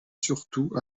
surtout